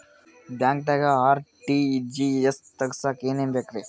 ಬ್ಯಾಂಕ್ದಾಗ ಆರ್.ಟಿ.ಜಿ.ಎಸ್ ತಗ್ಸಾಕ್ ಏನೇನ್ ಬೇಕ್ರಿ?